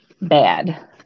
bad